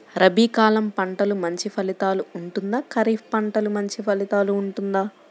రబీ కాలం పంటలు మంచి ఫలితాలు ఉంటుందా? ఖరీఫ్ పంటలు మంచి ఫలితాలు ఉంటుందా?